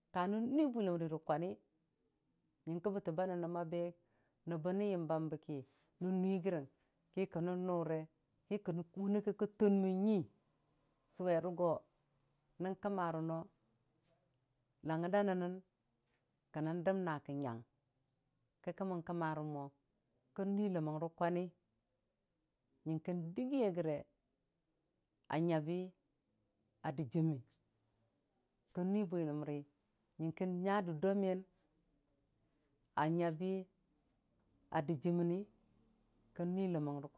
Kanən nui bwiləmri rə kwani nyəng kə bətəm ba nəng nəm a be nəbbə ne yəm mbambe ki nən nui gəre ki kə nən nʊre kikən, ki wʊne kə kʊlmən nyi sʊwere go nən kəmmare no langngər daa nəng nən kə nən dəm naa kə nyang kə ka mən kəmmarə mo kən nui ləmmang rə kwani nyən kə dəgiye gəre a nyabi ya dɨjiimi kən nui bwiləmri nyəngkə nya dunda miyən a nyabi a dɨjii mənni.